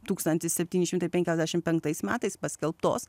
tūkstantis septyni šimtai penkiasdešimt penktais metais paskelbtos